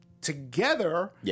together